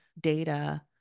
data